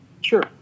Sure